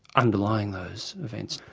underlying those events.